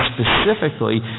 specifically